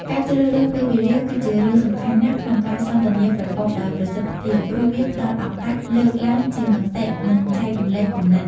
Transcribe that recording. ការជ្រើសរើសពេលវេលាគឺជារឿងសំខាន់ណាស់ក្នុងការសន្ទនាប្រកបដោយប្រសិទ្ធភាព ព្រោះវាផ្តល់ឱកាសលើកឡើងជាមតិ និងចែករំលែកគំនិត។